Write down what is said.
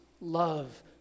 love